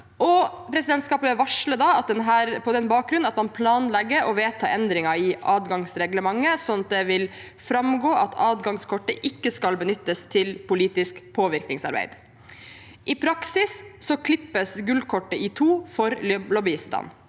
Presidentskapet varsler at man på den bakgrunn planlegger å vedta endringer i adgangsreglementet, sånn at det vil framgå at adgangskortet ikke skal benyttes til politisk påvirkningsarbeid. I praksis klippes gullkortet i to for lobbyistene.